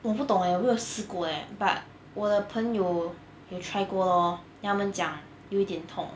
我不懂 leh 我没有试过 eh but 我的朋友有过 lor then 他们讲有一点痛